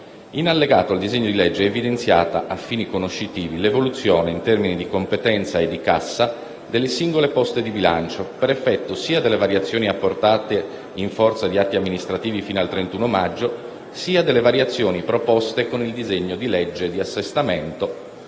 In allegato al disegno di legge è evidenziata, a fini conoscitivi, l'evoluzione in termini di competenza e di cassa delle singole poste di bilancio, per effetto sia delle variazioni apportate in forza di atti amministrativi fino al 31 maggio, sia delle variazioni proposte con il disegno di legge di assestamento